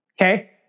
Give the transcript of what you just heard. Okay